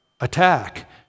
attack